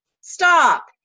stop